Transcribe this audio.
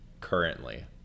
currently